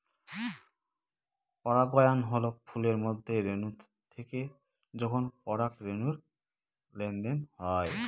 পরাগায়ন হল ফুলের মধ্যে রেনু থেকে যখন পরাগরেনুর লেনদেন হয়